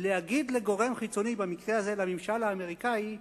להגיד לגורם חיצוני, במקרה זה לממשל האמריקני: